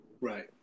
Right